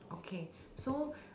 okay so